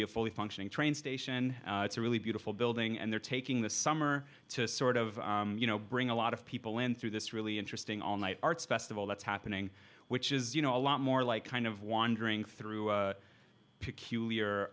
be a fully functioning train station it's a really beautiful building and they're taking the summer to sort of you know bring a lot of people in through this really interesting all night arts festival that's happening which is you know a lot more like kind of wandering through a peculiar